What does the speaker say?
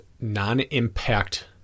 non-impact